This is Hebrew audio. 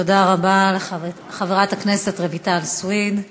תודה רבה לחברת הכנסת רויטל סויד.